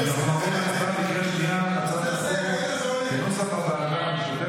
בקריאה שנייה על הצעת החוק כנוסח הוועדה המשותפת.